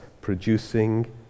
producing